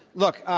look,